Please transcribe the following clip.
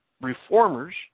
reformers